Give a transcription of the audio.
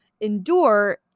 endure